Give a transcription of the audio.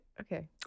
okay